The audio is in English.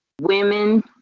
women